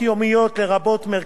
לרבות מרכזי יום,